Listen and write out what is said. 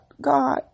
God